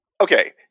Okay